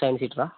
seven seater ആണോ